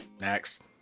Next